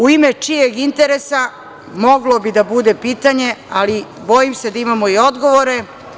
U ime čijeg interesa moglo bi da bude pitanje, ali bojim se da imamo i odgovore.